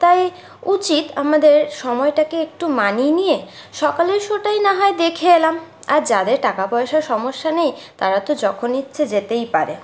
তাই উচিত আমাদের সময়টাকে একটু মানিয়ে নিয়ে সকালের শোটাই না হয় দেখে এলাম আর যাদের টাকা পয়সার সমস্যা নেই তারা তো যখন ইচ্ছে যেতেই পারে